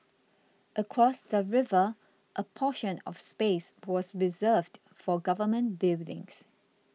across the river a portion of space was reserved for government buildings